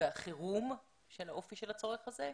החירום של האופי של הצורך הזה,